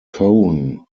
cone